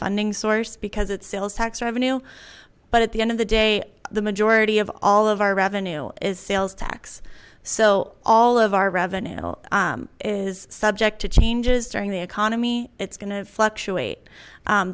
funding source because it's sales tax revenue but at the end of the day the majority of all of our revenue is sales tax so all of our revenue is subject to changes during the economy it's going to fluctuate